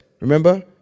remember